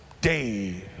day